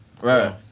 Right